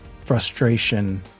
frustration